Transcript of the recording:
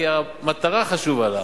כי המטרה חשובה לה,